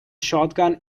shotgun